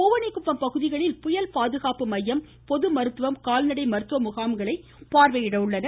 பூவணிக்குப்பம் பகுதிகளில் புயல் பாதுகாப்பு மையம் பொதுமருத்துவம் கால்நடை மருத்துவ முகாம்களை பார்வையிடுகின்றனர்